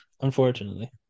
unfortunately